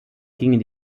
gingen